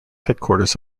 headquarters